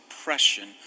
oppression